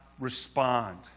Respond